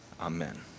Amen